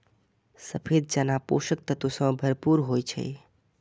सफेद चना पोषक तत्व सं भरपूर होइ छै